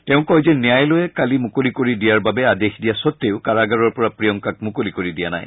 তেওঁ কয় যে ন্যায়ালয়ে কালি মুকলি কৰি দিয়াৰ আদেশ দিয়া স্বতেও কাৰাগাৰৰ পৰা প্ৰিয়ংকাক মুকলি কৰি দিয়া নাই